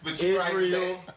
Israel